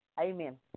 Amen